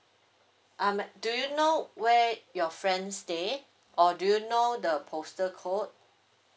um do you know where your friend stay or do you know the postal code